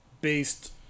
based